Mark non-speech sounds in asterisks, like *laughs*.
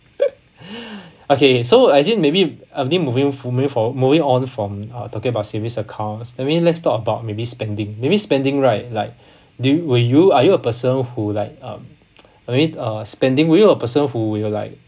*laughs* okay so I think maybe I think moving moving forward moving on from uh talking about savings account I mean let's talk about maybe spending maybe spending right like do you will you are you a person who like uh I mean uh spending are you a person who like